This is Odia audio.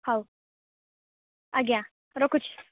ହଉ ଆଜ୍ଞା ରଖୁଛି